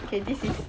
okay this is